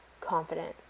confident